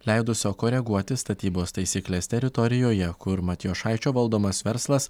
leidusio koreguoti statybos taisykles teritorijoje kur matijošaičio valdomas verslas